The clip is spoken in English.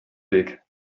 pic